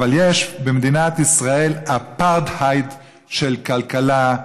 אבל יש במדינת ישראל אפרטהייד של כלכלה,